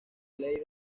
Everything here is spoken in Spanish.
ley